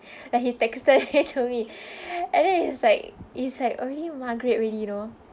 like he texted it to me and then it's like it's like already maghrib already you know